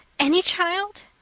any child?